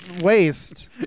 waste